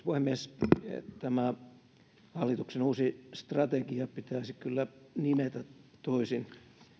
puhemies tämä hallituksen uusi strategia pitäisi kyllä nimetä toisin